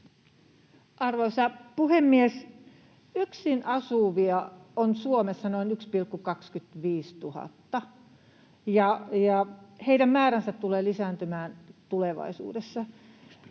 Arvoisa puhemies! Yksin asuvia on Suomessa noin 1,25 miljoonaa, ja heidän määränsä tulee lisääntymään tulevaisuudessa.